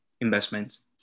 investments